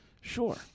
Sure